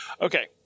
Okay